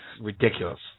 ridiculous